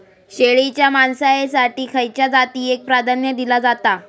शेळीच्या मांसाएसाठी खयच्या जातीएक प्राधान्य दिला जाता?